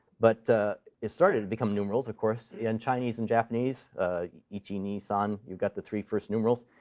but it started to become numerals, of course in chinese and japanese ichi, ni, san. you've got the three first numerals.